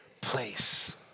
place